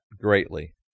greatly